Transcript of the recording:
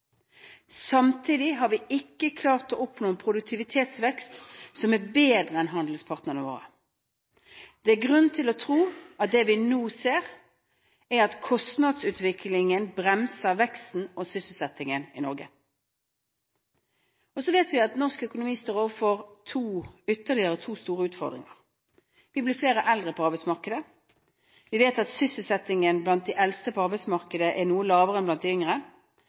Samtidig har vi ikke klart å oppnå en produktivitetsvekst som er bedre enn handelspartnerne våre. Det er grunn til å tro at det vi nå ser, er at kostnadsutviklingen bremser veksten og sysselsettingen i Norge. Så vet vi at norsk økonomi står overfor ytterligere to store utfordringer: Vi blir flere eldre på arbeidsmarkedet. Vi vet at sysselsettingen blant de eldste på arbeidsmarkedet er noe lavere enn blant de yngre.